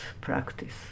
practice